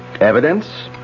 Evidence